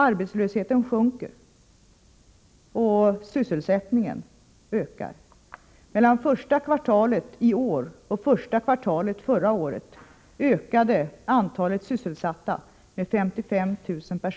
Arbetslösheten sjunker, och sysselsättningen ökar. Mellan första kvartalet förra året och första kvartalet i år ökade antalet sysselsatta med 55 000.